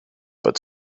but